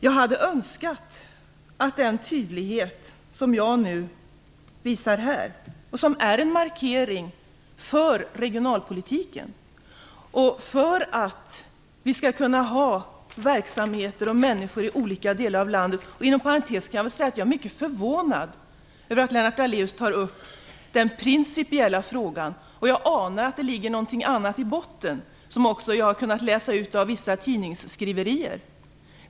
Jag hade önskat att den tydlighet som jag nu visar, och som är en markering för regionalpolitiken och för att vi skall kunna ha verksamheter och människor i olika delar av landet, hade visats tidigare. Jag är mycket förvånad över att Lennart Daléus tar upp den principiella frågan. Jag anar att det ligger något annat i botten, nämligen att Bispgården råkar ligga i närheten av där jag själv bor.